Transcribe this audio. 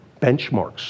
benchmarks